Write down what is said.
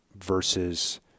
versus